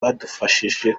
badufashije